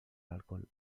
alcohol